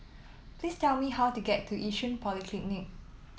please tell me how to get to Yishun Polyclinic